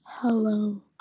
Hello